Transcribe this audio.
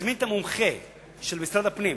אני אזמין את המומחה של משרד הפנים